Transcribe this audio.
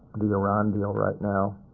the iran deal right now